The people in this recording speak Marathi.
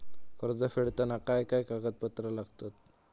कर्ज फेडताना काय काय कागदपत्रा लागतात?